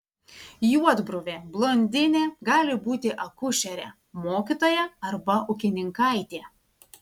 juodbruvė blondinė gali būti akušerė mokytoja arba ūkininkaitė